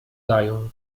dają